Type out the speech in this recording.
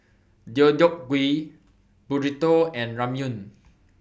Deodeok Gui Burrito and Ramyeon